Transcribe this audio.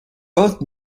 both